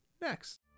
next